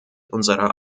unserer